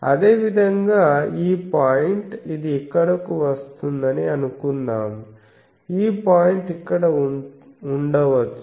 అదేవిధంగా ఈ పాయింట్ ఇది ఇక్కడకు వస్తుందని అనుకుందాం ఈ పాయింట్ ఇక్కడ ఉండవచ్చు